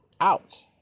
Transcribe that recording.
out